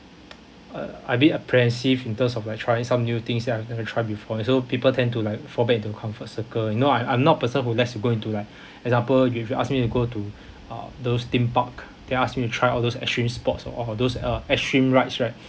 uh I'll be uh passive in terms of like trying some new things that I never try before you so people tend to like fall back into comfort circle you know I I'm not a person who lets you go into like example if you ask me to go to uh those theme park then ask me to try all those extreme sports or or those uh extreme rides right